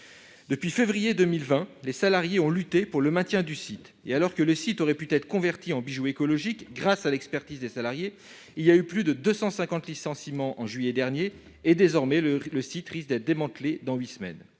Depuis février 2020, les salariés ont lutté pour le maintien du site. Alors que celui-ci aurait pu être converti en bijou écologique grâce à l'expertise des salariés, il y a eu plus de 250 licenciements en juillet dernier, et le site risque d'être démantelé dans huit semaines.